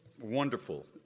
wonderful